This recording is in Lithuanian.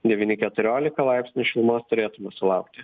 devyni keturiolika laipsnių šilumos turėtume sulaukti